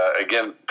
again